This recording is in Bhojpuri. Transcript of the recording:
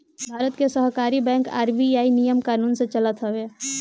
भारत के सहकारी बैंक आर.बी.आई नियम कानून से चलत हवे